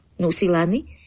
nusilani